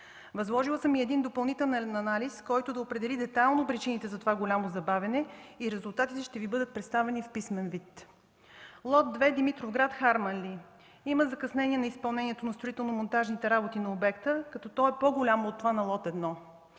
Възложила съм и допълнителен анализ, който да определи детайлно причините за голямото забавяне и резултатите ще Ви бъдат представени в писмен вид. Лот 2 – Димитровград-Харманли, има закъснение на изпълнението на строително-монтажните работи на обекта, като то е по-голямо от това на лот 1.